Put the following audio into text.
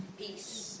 Peace